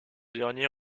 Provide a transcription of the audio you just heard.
dernier